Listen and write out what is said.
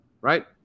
Right